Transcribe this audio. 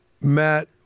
Matt